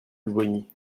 pupponi